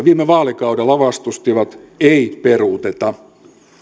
viime vaalikaudella vastustivat ei peruuteta